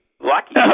Lucky